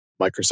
Microsoft